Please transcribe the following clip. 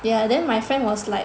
yeah then my friend was like